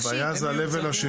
הבעיה זה הלבל השני.